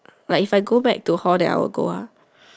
like if I go back to hall then I would go lah